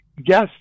Yes